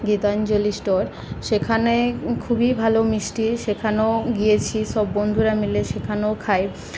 Gitanjali store সেখানে খুবই ভালো মিষ্টি সেখানেও গিয়েছি সব বন্ধুরা মিলে সেখানেও খাই